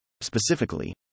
Specifically